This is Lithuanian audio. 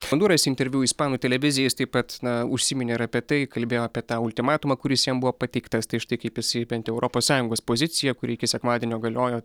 maduras interviu ispanų televizijai jis taip pat na užsiminė apie tai kalbėjo apie tą ultimatumą kuris jam buvo pateiktas tai štai kaip jisai bent europos sąjungos poziciją kuri iki sekmadienio galiojo